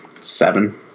seven